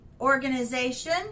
organization